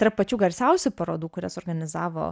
tarp pačių garsiausių parodų kurias organizavo